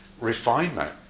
refinement